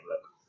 look